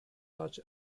such